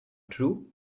true